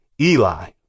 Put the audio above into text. Eli